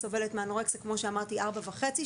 כמו שאמרתי סובלת מאנורקסיה כבר ארבע שנים וחצי,